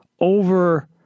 over